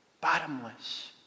Bottomless